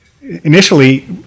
initially